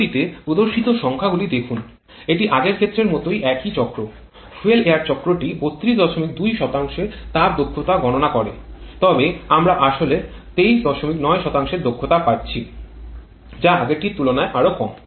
চিত্রটিতে প্রদর্শিত সংখ্যাগুলি দেখুন এটি আগের ক্ষেত্রের মতই একই চক্র ফুয়েল এয়ার চক্রটি ৩২২ এর তাপ দক্ষতা গণনা করে তবে আমরা আসলে ২৩৯ এর দক্ষতা পাচ্ছি যা আগেরটি তুলনায় আরও কম